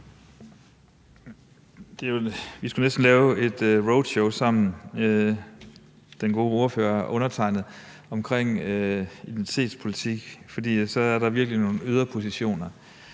Vi skulle næsten lave et roadshow sammen, den gode ordfører og undertegnede, omkring identitetspolitik, for der er virkelig nogle yderpositioner.